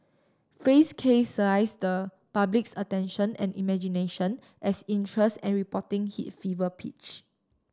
fay's case seized the public's attention and imagination as interest and reporting hit fever pitch